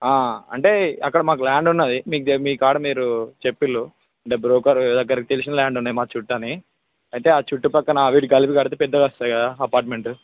అంటే అక్కడ మాకు ల్యాండ్ ఉన్నది మీకు మీ కాడ మీరు చెప్పిర్రు అంటే బ్రోకర్ దగ్గర తెలిసిన ల్యాండ్ ఉన్నాయి మా చుట్టు అని ఆ చుట్టుపక్కల అవి ఇవి కలిపి కడితే పెద్దగా వస్తాయి కదా అపార్టమెంట్